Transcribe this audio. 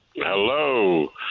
Hello